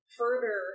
further